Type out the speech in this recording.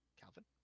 Calvin